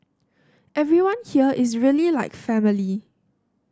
everyone here is really like family